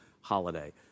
holiday